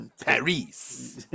Paris